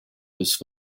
this